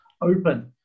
open